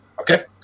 Okay